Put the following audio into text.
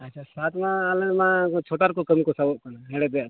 ᱟᱪᱪᱷᱟ ᱥᱟᱛᱢᱟ ᱟᱞᱮᱢᱟ ᱪᱷᱚᱴᱟ ᱨᱮᱠᱚ ᱠᱟᱹᱢᱤ ᱠᱚ ᱥᱟᱵᱚᱜ ᱠᱟᱱᱟ ᱦᱮᱲᱦᱮᱫᱮᱜ ᱟᱠᱚ